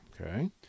Okay